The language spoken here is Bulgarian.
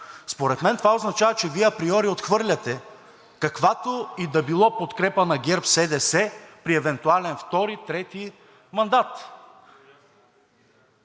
според мен това означава, че Вие априори отхвърляте каквато и да било подкрепа на ГЕРБ-СДС при евентуален втори,